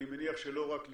אני מניח שלא רק לי,